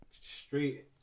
straight